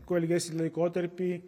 kuo ilgesnį laikotarpį